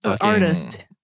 artist